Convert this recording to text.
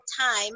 time